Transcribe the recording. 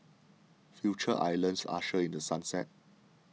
Future Islands ushered in The Sunset